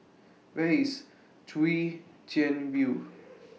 Where IS Chwee Chian View